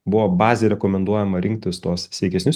buvo bazė rekomenduojama rinktis tuos sveikesnius